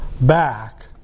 back